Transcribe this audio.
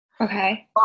Okay